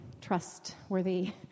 trustworthy